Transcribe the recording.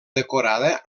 decorada